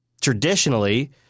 traditionally